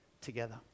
together